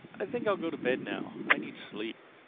i think i'll go to bed now. i need sleep.